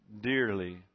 dearly